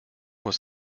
was